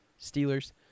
Steelers